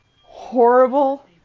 horrible